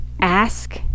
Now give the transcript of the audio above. ask